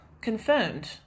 confirmed